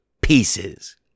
pieces